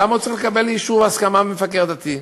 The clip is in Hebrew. למה הוא צריך לקבל אישור, הסכמה, ממפקח דתי?